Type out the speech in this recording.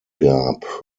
gab